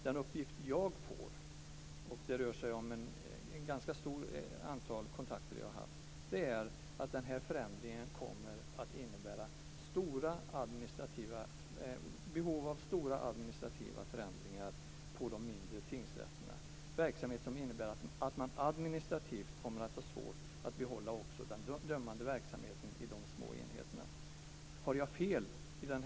Den uppgift jag får - det rör sig om ett ganska stort antal kontakter jag haft - är att den här förändringen kommer att innebära behov av stora administrativa förändringar för de mindre tingsrätterna, en verksamhet som innebär att man administrativt kommer att ha svårt att behålla också den dömande verksamheten i de små enheterna.